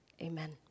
amen